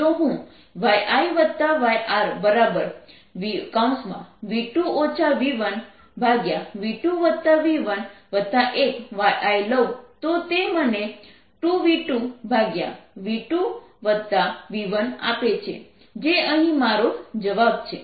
જો હું yIyRv2 v1v2v11yI લઉં તો તે મને 2 v2v2v1આપે છે જે અહીં મારો જવાબ છે